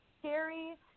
scary